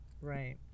right